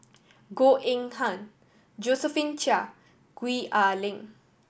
Goh Eng Han Josephine Chia Gwee Ah Leng